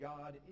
God